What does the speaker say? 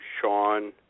Sean